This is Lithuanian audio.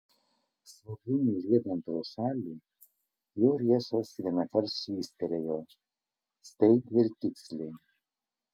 svogūnui riedant pro šalį jo riešas vienąkart švystelėjo staigiai ir tiksliai